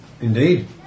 Indeed